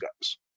guys